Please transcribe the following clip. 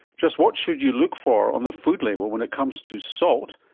just what should you look for on the food label when it comes to salt?